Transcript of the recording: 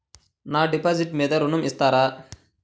నా డిపాజిట్ మీద ఋణం ఇస్తారా?